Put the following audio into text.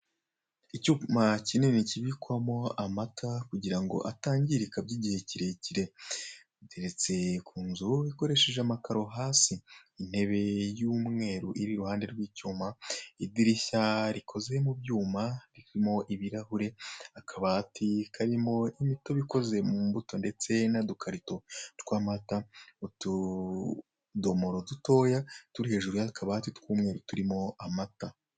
Icyuma kinini cyibikwamo amata kugira ngo atangirika by'igihe kirekire ndetse ku nzu ikoresheje amakaro hasi intebe y'umweru iri i ruhande rw'icyuma, idirishya rikozwe mu byuma ririmo ibirahure, akabati karimo imitobe ikoze mu mbuto ndetse n'udukarito tw'amata, utudomoro dutoya turi hejuru y'akabati tw'umweru turimo amata.